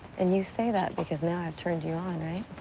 and you say that because now i've turned you on, right?